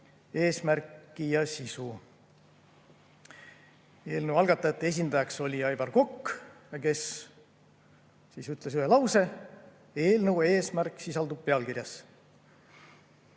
eesmärki ja sisu. Eelnõu algatajate esindajaks oli Aivar Kokk, kes ütles ühe lause: eelnõu eesmärk sisaldub pealkirjas.